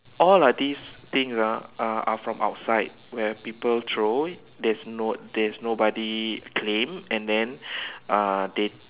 all are these thing ah are are from outside where people throw there's no there's nobody claim and then uh they